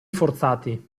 forzati